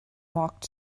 walked